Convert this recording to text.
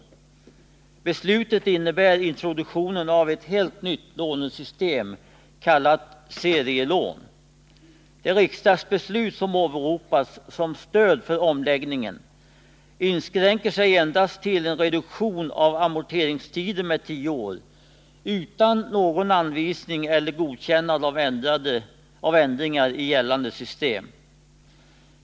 Beslutet innebär introduktionen av ett helt nytt lånesystem kallat serielån. Det riksdagsbeslut som åberopas som stöd för omläggningen inskränker sig endast till en reduktion av amorteringstiden med 10 år utan någon anvisning eller godkännande av ändringar i gällande system.